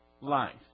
life